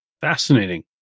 fascinating